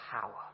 power